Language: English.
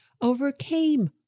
overcame